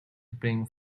spring